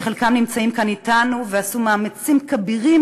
שחלקם נמצאים כאן אתנו ועשו מאמצים כבירים